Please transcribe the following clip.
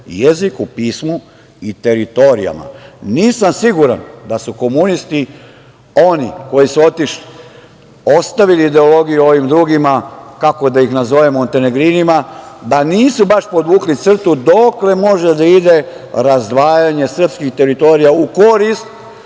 jeziku, pismu i teritorijama. Nisam siguran da su komunisti, oni koji su otišli, ostavili ideologiju ovim drugima, kako da ih nazovemo, montenegrinima, da nisu baš podvukli crtu dokle može da ide razdvajanje srpskih teritorija u korist